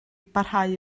barhau